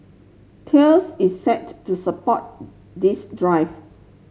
Thales is set to support this drive